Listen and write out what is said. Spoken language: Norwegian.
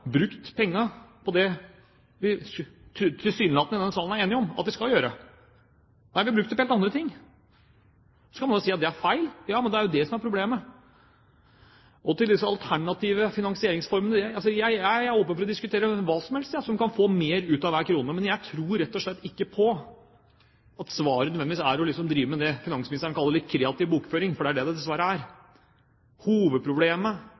vi skal gjøre; vi har brukt dem på helt andre ting. Så kan man si at det er feil. Men det er jo det som er problemet. Til disse alternative finansieringsformene: Jeg er åpen for å diskutere hva som helst som kan få mer ut av hver krone, men jeg tror rett og slett ikke på at svaret nødvendigvis er å drive med det finansministeren kaller «kreativ bokføring», for det er det det dessverre er. Hovedproblemet,